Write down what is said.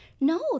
no